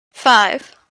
five